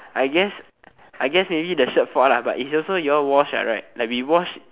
I guess I guess maybe the shirt fault lah but it's also you all wash what right like we wash